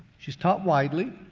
she's taught widely,